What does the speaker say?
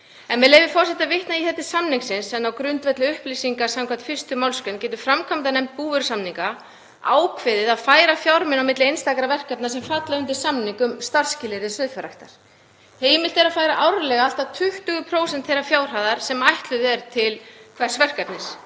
Með leyfi forseta, vitna ég hér til samningsins: „Á grundvelli upplýsinga skv. 1. mgr. getur framkvæmdanefnd búvörusamninga ákveðið að færa fjármuni á milli einstakra verkefna sem falla undir samning um starfsskilyrði sauðfjárræktar. Heimilt er að færa árlega allt að 20% þeirrar fjárhæðar sem ætluð er til hvers verkefnis.“